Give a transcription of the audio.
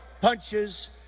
punches